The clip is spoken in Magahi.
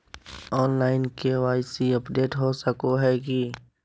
ऑनलाइन के.वाई.सी अपडेट हो सको है की?